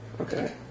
Okay